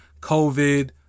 COVID